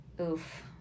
oof